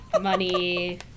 money